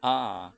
ah